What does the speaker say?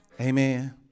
Amen